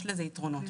- יש לזה יתרונות,